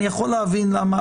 אני יכול להבין למה,